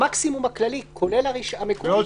המקסימום הכללי, כולל המקורי זה 14 יום.